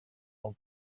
pel